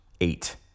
eight